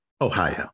Ohio